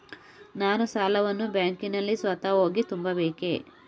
ನಾನು ಸಾಲವನ್ನು ಬ್ಯಾಂಕಿನಲ್ಲಿ ಸ್ವತಃ ಹೋಗಿ ತುಂಬಬೇಕೇ?